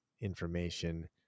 information